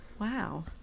Wow